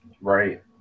right